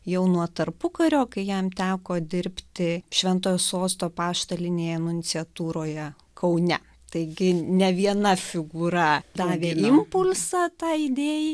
jau nuo tarpukario kai jam teko dirbti šventojo sosto apaštalinėje nunciatūroje kaune taigi ne viena figūra davė impulsą tai idėjai